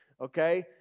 okay